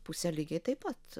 pusę lygiai taip pat